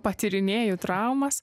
patyrinėju traumas